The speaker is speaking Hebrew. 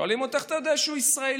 שואלים אותו: אתה יודע שהוא ישראלי?